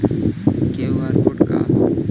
QR code का ह?